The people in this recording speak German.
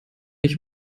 ich